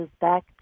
back